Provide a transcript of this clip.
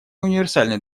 универсальный